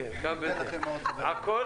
הכול